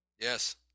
Yes